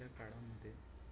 आजच्या काळामध्ये